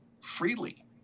freely